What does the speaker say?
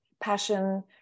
passion